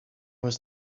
was